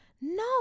No